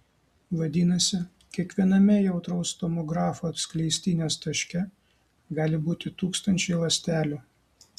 vadinasi kiekviename jautraus tomografo skleistinės taške gali būti tūkstančiai ląstelių